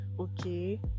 okay